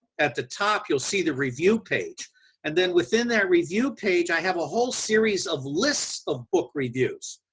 at the top you'll see the review page and then within that review page i have a whole series of lists of book reviews,